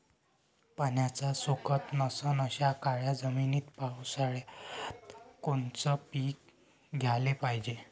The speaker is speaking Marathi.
पाण्याचा सोकत नसन अशा काळ्या जमिनीत पावसाळ्यात कोनचं पीक घ्याले पायजे?